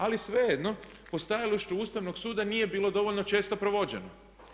Ali svejedno po stajalištu Ustavnog suda nije bilo dovoljno često provođeno.